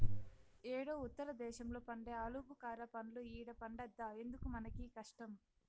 యేడో ఉత్తర దేశంలో పండే ఆలుబుకారా పండ్లు ఈడ పండద్దా ఎందుకు మనకీ కష్టం